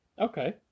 Okay